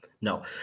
no